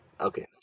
Okay